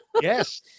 Yes